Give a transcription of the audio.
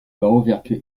bauwerke